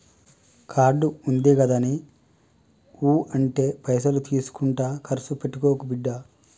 card ఉందిగదాని ఊ అంటే పైసలు తీసుకుంట కర్సు పెట్టుకోకు బిడ్డా